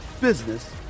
business